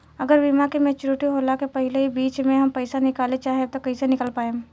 अगर बीमा के मेचूरिटि होला के पहिले ही बीच मे हम पईसा निकाले चाहेम त कइसे निकाल पायेम?